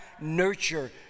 nurture